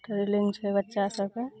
training छै बच्चा सबके